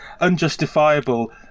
unjustifiable